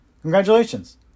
Congratulations